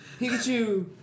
Pikachu